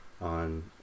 on